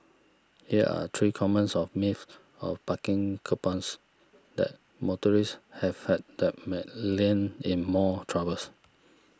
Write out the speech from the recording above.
here are three commons of myths of parking coupons that motorists have had that may land in more troubles